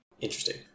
Interesting